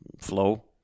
flow